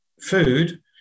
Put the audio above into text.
food